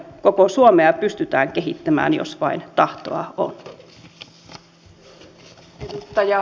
koko suomea pystytään kehittämään jos vain tahtoa on